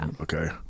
Okay